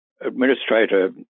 administrator